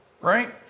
right